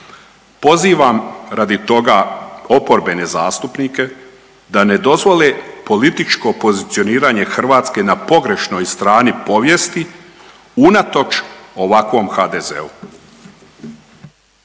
Pozivam radi toga oporbene zastupnike da ne dozvole političko pozicioniranje Hrvatske na pogrešnoj strani povijesti unatoč ovakvom HDZ-u.